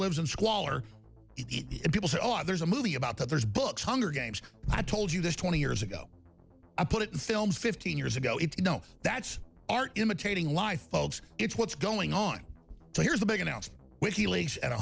lives in squalor and people say oh there's a movie about that there's books hunger games i told you this twenty years ago i put it in films fifteen years ago it you know that's art imitating life it's what's going on so here's the big